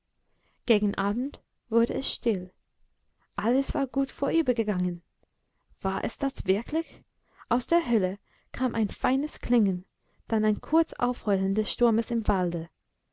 gegen abend wurde es still alles war gut vorübergegangen war es das wirklich aus der höhle kam ein feines klingen dann ein kurzes aufheulen des sturmes im walde